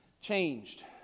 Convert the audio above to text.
changed